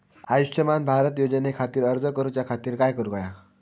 आयुष्यमान भारत योजने खातिर अर्ज करूच्या खातिर काय करुक होया?